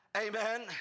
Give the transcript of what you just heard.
amen